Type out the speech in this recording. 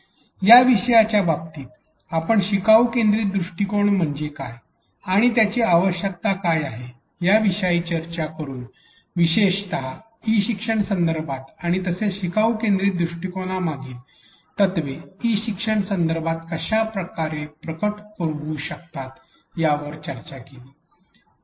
या विषयाच्या बाबतीत आपण शिकाऊ केंद्रीत दृष्टिकोन म्हणजे काय आणि त्याची आवश्यकता काय आहे याविषयी चर्चा करून विशेषत ई शिक्षणच्या संदर्भात आणि तसेच शिकाऊ केंद्रीत दृष्टिकोना मागील तत्त्वे ई शिक्षण संदर्भात कशा प्रकट होऊ शकतात यावर चर्चा केली